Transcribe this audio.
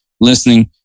listening